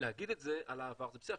להגיד את זה על העבר זה בסדר,